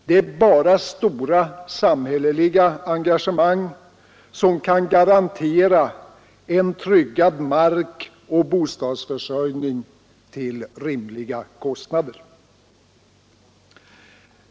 Det är bara stora samhälleliga engagemang som kan garantera en tryggad markoch bostadsförsörjning till rimliga kostnader.